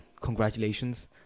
Congratulations